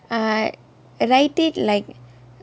uh write it like